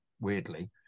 weirdly